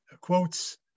quotes